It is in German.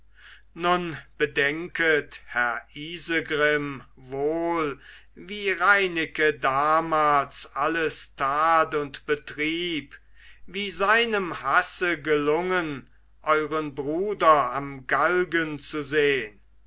nun bedenket herr isegrim wohl wie reineke damals alles tat und betrieb wie seinem hasse gelungen euren bruder am galgen zu sehn